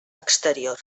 exterior